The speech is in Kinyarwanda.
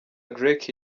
drake